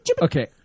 Okay